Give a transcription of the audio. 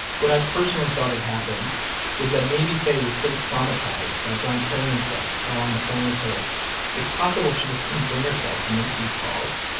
what i'd personally thought had happened was that maybe faye was so traumatized by john killing himself while on the phone with her it's possible she just couldn't bring herself to make these calls,